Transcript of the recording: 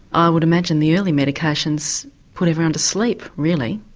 i would imagine the early medications put everyone to sleep really.